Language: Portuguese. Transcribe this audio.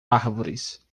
árvores